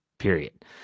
period